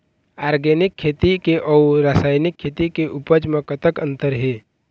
Organic खेती के अउ रासायनिक खेती के उपज म कतक अंतर हे?